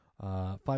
five